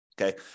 Okay